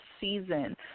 season